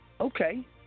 Okay